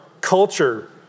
culture